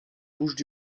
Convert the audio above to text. bouches